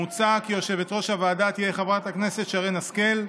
מוצע כי יושבת-ראש הוועדה תהיה חברת הכנסת שרן השכל.